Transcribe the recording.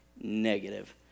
Negative